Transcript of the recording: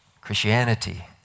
Christianity